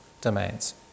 domains